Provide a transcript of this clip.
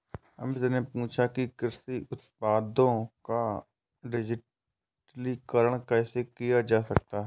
अमित ने पूछा कि कृषि उत्पादों का डिजिटलीकरण कैसे किया जा सकता है?